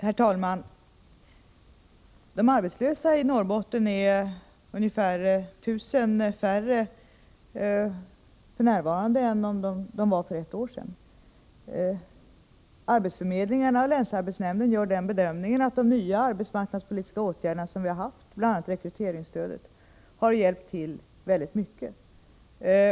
Herr talman! De arbetslösa i Norrbotten är ungefär 1 000 färre f. n. än de var för ett år sedan. Länsarbetsnämnden gör den bedömningen att de nya arbetsmarknadspolitiska åtgärderna, bl.a. rekryteringsstödet, har hjälpt till väldigt mycket.